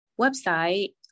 website